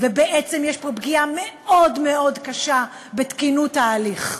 ובעצם יש פה פגיעה מאוד מאוד קשה בתקינות ההליך.